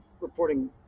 reporting